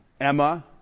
Emma